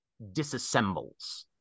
disassembles